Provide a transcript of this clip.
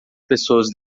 pessoas